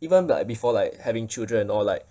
even like before like having children and all like